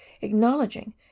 acknowledging